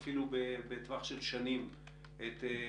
זהו.